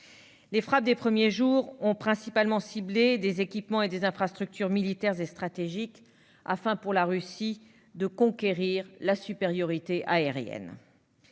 Les frappes des premiers jours ont principalement ciblé des équipements, des infrastructures militaires et stratégiques. Le but, pour la Russie, était de conquérir la supériorité aérienne.